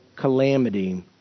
calamity